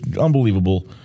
unbelievable